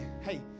hey